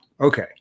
Okay